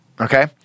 Okay